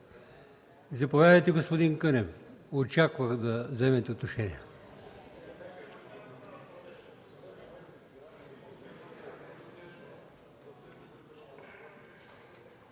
Заповядайте, господин Кънев. Очаквах да вземете отношение.